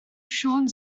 siôn